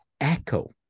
echo